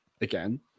again